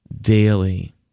daily